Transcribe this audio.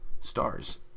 stars